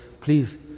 Please